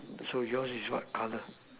so yours is what color